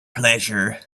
pleasure